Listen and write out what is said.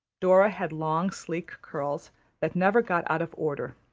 dora had long sleek curls that never got out of order.